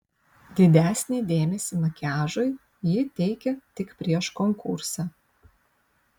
didesnį dėmesį makiažui ji teikė tik prieš konkursą